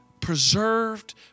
preserved